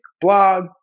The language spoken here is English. blog